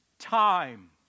Time